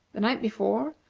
the night before,